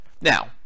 Now